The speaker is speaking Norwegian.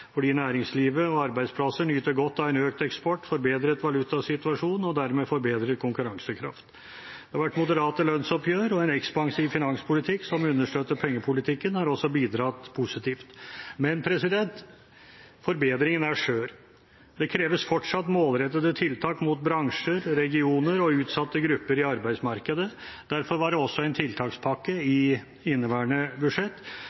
fordi næringslivet og arbeidsplasser nyter godt av en økt eksport, forbedret valutasituasjon og dermed forbedret konkurransekraft. Det har vært moderate lønnsoppgjør, og en ekspansiv finanspolitikk som understøtter pengepolitikken, har også bidratt positivt. Men forbedringen er skjør. Det kreves fortsatt målrettede tiltak mot bransjer, regioner og utsatte grupper i arbeidsmarkedet. Derfor var det også en tiltakspakke i inneværende budsjett